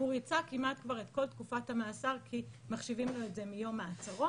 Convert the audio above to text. הוא ריצה כמעט כבר את כל תקופת המאסר כי מחשיבים לו את זה מיום מעצרו,